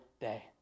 day